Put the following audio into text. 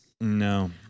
No